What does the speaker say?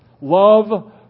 Love